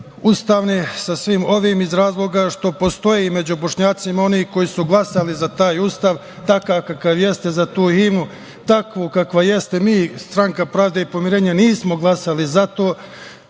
ustavne sa svim ovim iz razloga što postoje i među Bošnjacima oni koji su glasali za taj Ustav takav kakav jeste, za tu himnu takvu kakva jeste. Mi, stranka Pravde i pomirenja, nismo glasali za to